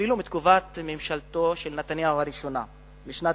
אפילו מתקופת ממשלתו הראשונה של נתניהו,